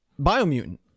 Biomutant